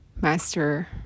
Master